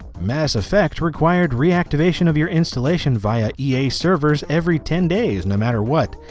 mass effect required reactivation of your installation via ea servers every ten days no matter what.